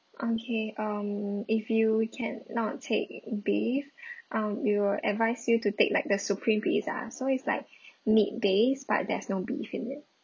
okay um if you cannot take beef um we will advise you to take like the supreme pizza so it's like meat base but there's no beef in it